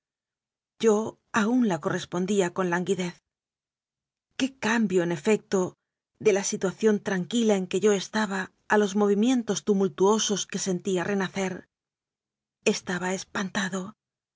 yo aún la correspondía con languidez qué cambio en efecto de la situa ción tranquila en que yo estaba a los movimientos tumultuosos que sentía renacer estaba espanta